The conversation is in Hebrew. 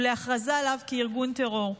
ולהכרזה עליו כארגון טרור.